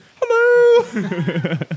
Hello